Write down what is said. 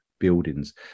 buildings